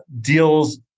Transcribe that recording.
deals